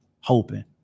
hoping